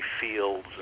fields